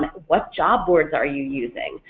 what job boards are you using?